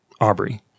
Aubrey